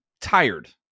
tired